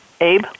Abe